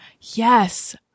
Yes